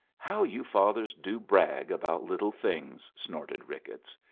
how you fathers do brag about little things! snorted ricketts.